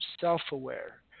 self-aware